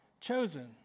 chosen